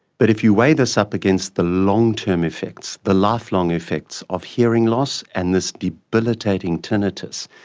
but if you weigh this up against the long-term effects, the lifelong effects of hearing loss and this debilitating tinnitus,